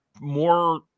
more